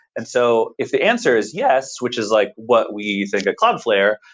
and so, if the answer is yes, which is like what we think at cloudflare,